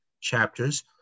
chapters